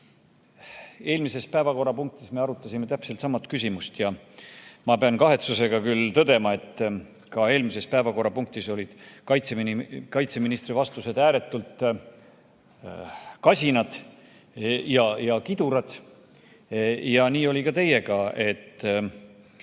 Eelmises päevakorrapunktis me arutasime sedasama küsimust. Ma pean kahetsusega tõdema, et eelmises päevakorrapunktis olid kaitseministri vastused ääretult kasinad, kidurad. Ja nii oli ka teiega.